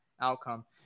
outcome